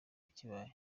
ikibaye